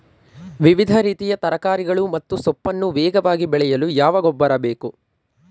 ವಿವಿಧ ರೀತಿಯ ತರಕಾರಿಗಳು ಮತ್ತು ಸೊಪ್ಪನ್ನು ವೇಗವಾಗಿ ಬೆಳೆಯಲು ಯಾವ ಗೊಬ್ಬರ ಬೇಕು?